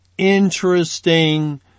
interesting